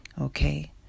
okay